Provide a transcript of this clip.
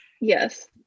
Yes